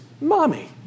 Mommy